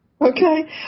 Okay